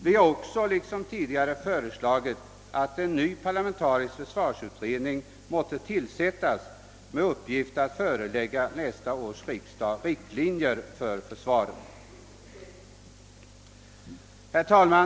Vi har också liksom tidigare föreslagit att en ny parlamentarisk försvarsutredning måtte tillsättas med uppgift att förelägga nästa års riksdag riktlinjer för försvaret. Herr talman!